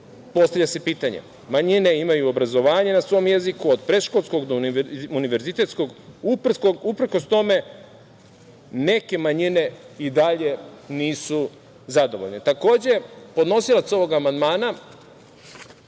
postavlja se pitanje? Manjine imaju obrazovanje na svom jeziku od predškolskog do univerzitetskog, uprkos tome neke manjine i dalje nisu zadovoljne. Takođe, podnosilac ovog amandmana